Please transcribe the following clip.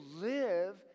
live